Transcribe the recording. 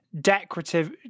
decorative